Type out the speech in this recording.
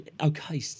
okay